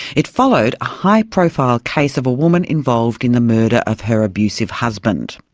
it followed a high profile case of a woman involved in the murder of her abusive husband,